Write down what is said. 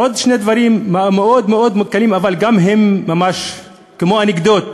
עוד שני דברים מאוד מאוד מוכרים אבל גם ממש כמו אנקדוטות,